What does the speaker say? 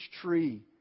tree